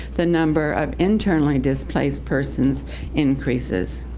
the number of internally displaced persons increases.